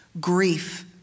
grief